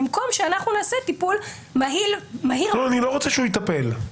במקום שאנחנו נעשה טיפול מהיר --- אני לא רוצה שהוא יטפל.